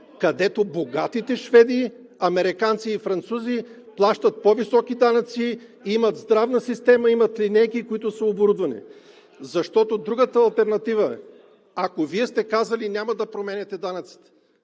където богатите шведи, американци и французи плащат по-високи данъци, имат здравна система, имат линейки, които са оборудвани. Защото другата алтернатива е, ако Вие сте казали: няма да променяте данъците.